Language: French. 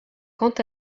quant